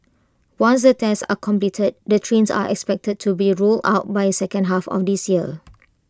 once the tests are completed the trains are expected to be rolled out by second half of this year